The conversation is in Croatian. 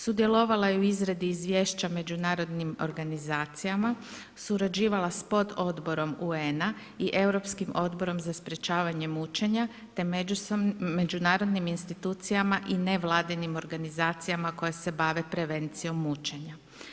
Sudjelovala je u izradi izvješća međunarodnim organizacijama, surađivala s pododborom UN-a i Europskim odborom za sprečavanje mučenja te međunarodnim institucijama i nevladinim organizacijama koje se bave prevencijom mučenja.